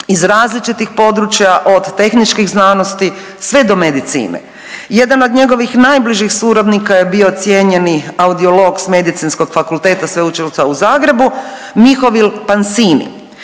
iz različitih područja od tehničkih znanosti sve do medicine. Jedan od njegovih najbližih suradnika je bio cijenjeni audiolog s Medicinskog fakulteta Sveučilišta u Zagrebu Mihovil Pansini.